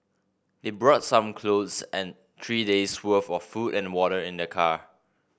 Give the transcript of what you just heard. they brought some clothes and three days' worth of food and water in their car